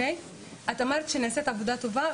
את אמרת שנעשית עבודה טובה,